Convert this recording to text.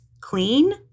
clean